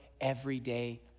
everyday